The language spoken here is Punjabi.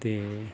ਅਤੇ